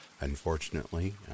Unfortunately